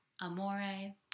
amore